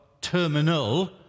terminal